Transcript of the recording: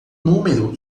número